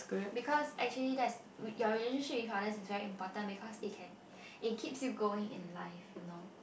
because actually that's y~ your relationship with others is very important because it can it keeps you going in life you know